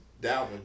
Dalvin